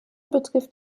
betrifft